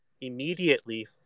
immediately